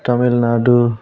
Tamil Nadu